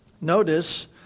Notice